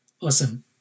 Awesome